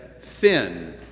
thin